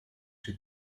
die